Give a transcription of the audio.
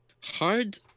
Hard